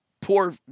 Poor